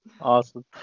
Awesome